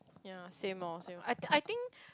ya same loh same I I think